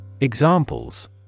Examples